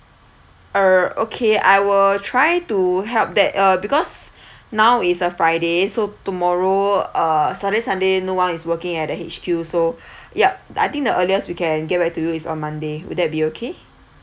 uh okay I will try to help that uh because now is a friday so tomorrow uh saturday sunday no one is working at the H_Q so yup I think the earliest we can get back to you is on monday would that be okay